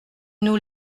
nous